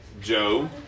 Joe